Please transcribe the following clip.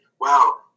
wow